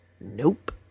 Nope